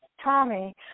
Tommy